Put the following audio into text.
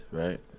right